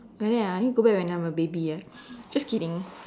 like that ah I need to go back when I'm a baby eh just kidding